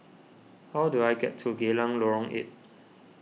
how do I get to Geylang Lorong eight